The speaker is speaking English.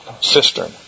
cistern